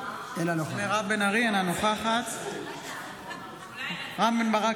אינה נוכחת רם בן ברק,